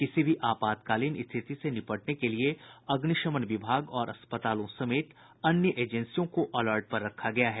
किसी भी आपातकालीन स्थिति से निपटने के लिए अग्निशमन विभाग और अस्पतालों समेत अन्य एजेंसियों को अलर्ट पर रखा गया है